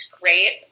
great